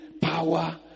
Power